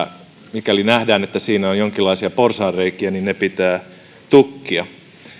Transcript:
mikäli nähdään että siinä on jonkinlaisia porsaanreikiä ne pitää tukkia